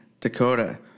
Dakota